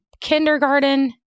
kindergarten